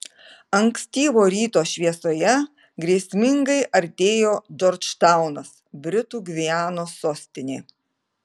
ankstyvo ryto šviesoje grėsmingai artėjo džordžtaunas britų gvianos sostinė